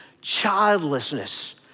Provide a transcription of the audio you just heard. childlessness